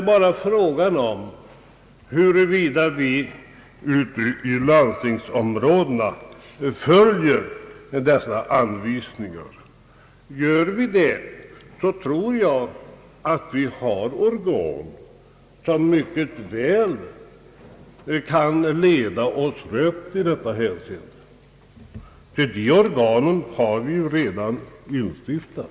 Frågan är närmast huruvida vi ute i landstingsområdena följer dessa anvisningar. Gör vi det, så tror jag att vi har organ, som mycket väl kan leda oss rätt i detta hänseende. Dessa organ har vi ju redan instiftat.